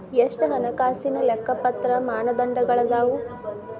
ಎಷ್ಟ ಹಣಕಾಸಿನ್ ಲೆಕ್ಕಪತ್ರ ಮಾನದಂಡಗಳದಾವು?